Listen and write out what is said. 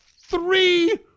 Three